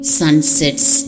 sunset's